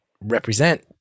represent